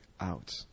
out